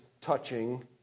touching